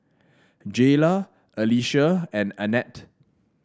Jayla Alysia and Annette